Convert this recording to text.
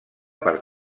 per